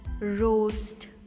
roast